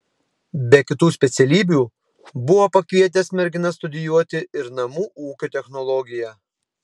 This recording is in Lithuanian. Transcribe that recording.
be kitų specialybių buvo pakvietęs merginas studijuoti ir namų ūkio technologiją